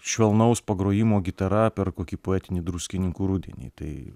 švelnaus pagrojimo gitara per kokį poetinį druskininkų rudenį tai